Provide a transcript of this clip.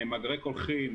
מאגרי קולחים,